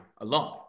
alone